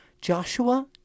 Joshua